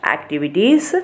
Activities